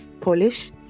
Polish